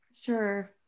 Sure